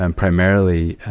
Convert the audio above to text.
and primarily,